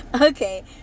Okay